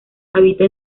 habita